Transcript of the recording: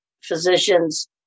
physicians